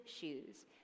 shoes